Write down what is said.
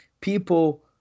people